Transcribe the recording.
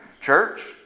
Church